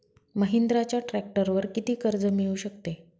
महिंद्राच्या ट्रॅक्टरवर किती कर्ज मिळू शकते?